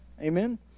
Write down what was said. Amen